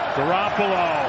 Garoppolo